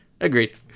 Agreed